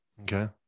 okay